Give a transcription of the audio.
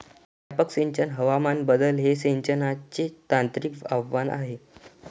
व्यापक सिंचन हवामान बदल हे सिंचनाचे तांत्रिक आव्हान आहे